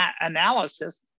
analysis